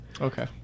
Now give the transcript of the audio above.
Okay